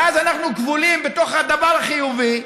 ואז אנחנו כבולים בתוך הדבר החיובי,